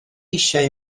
eisiau